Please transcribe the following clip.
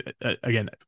again